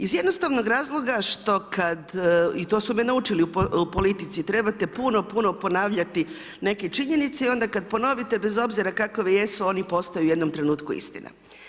Iz jednostavnog razloga, što kad, i to su me naučili u politici, trebate puno, puno ponavljati neke činjenice i onda kad ponovite,, bez obzira kakove jesu, one postaju u jednom trenutku istina.